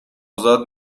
ازاد